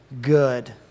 good